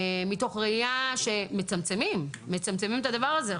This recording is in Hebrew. מתוך ראייה של צמצום הדבר הזה.